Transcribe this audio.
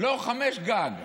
לא, חמש גג.